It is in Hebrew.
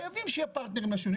חייבים שיהיו פרטנרים לשינוי.